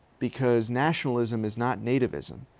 because nationalism is not nativism.